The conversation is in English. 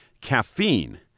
Caffeine